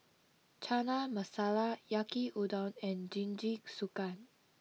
Chana Masala Yaki Udon and Jingisukan